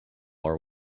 are